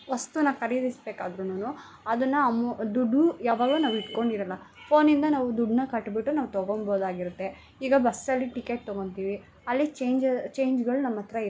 ವಸ್ತುನ ಖರೀದಿಸ್ಬೇಕಾದ್ರೂನೂ ಅದನ್ನು ಅಮು ದುಡ್ಡು ಯಾವಾಗಲೂ ನಾವು ಇಟ್ಕೊಂಡಿರಲ್ಲ ಫೋನಿಂದ ನಾವು ದುಡ್ಡನ್ನ ಕಟ್ಬಿಟ್ಟು ನಾವು ತಗೊಳ್ಬೋದಾಗಿರುತ್ತೆ ಈಗ ಬಸಲ್ಲಿ ಟಿಕೆಟ್ ತಗೊಳ್ತೀವಿ ಅಲ್ಲಿ ಚೇಂಜ್ ಚೇಂಜ್ಗಳು ನಮ್ಮ ಹತ್ರ ಇರಲ್ಲ